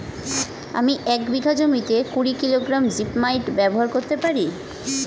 আমি এক বিঘা জমিতে কুড়ি কিলোগ্রাম জিপমাইট ব্যবহার করতে পারি?